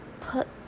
put